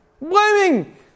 blaming